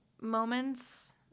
moments